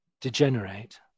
degenerate